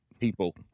people